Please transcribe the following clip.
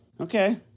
Okay